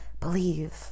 Believe